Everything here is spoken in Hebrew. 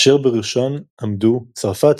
אשר בראשן עמדו צרפת,